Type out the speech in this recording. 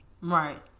Right